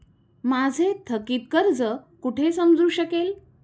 माझे थकीत कर्ज कुठे समजू शकेल?